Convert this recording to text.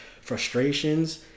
frustrations